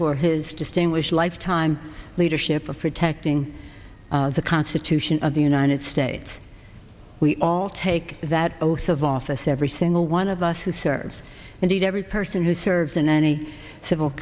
for his distinguished lifetime leadership of protecting the constitution of the united states we all take that oath of office every single one of us who serves and every person who serves in any civil